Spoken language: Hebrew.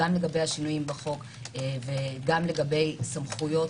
גם לגבי השינויים בחוק וגם לגבי סמכויות